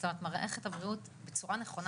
זאת אומרת מערכת הבריאות בצורה נכונה